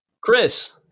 Chris